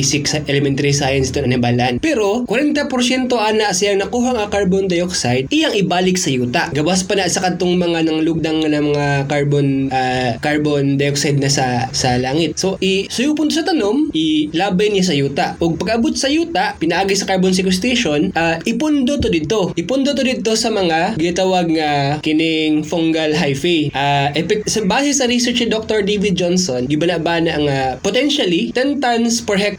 six elementary science to na nabalaan. Pero 40% ana siyang nakuhang, ah, carbon dioxide, iyang ibalik sa yuta. Gawas pa na sa kantong mga nanglugdang na mga carbon, ah, carbon dioxide na sa- sa langit. So, i- so yung punto sa tanong, ilabay niya sa yuta. Ug pag-abot sa yuta, pinaagi sa carbon sequestration, ah, ipundo to dito. Ipundo to dito sa mga gitawag nga kining fungal hyphae. Ah, epic- sa- base sa research ni Dr. David Johnson, gibanabana nga potentially 10 tons per hectare